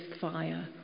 fire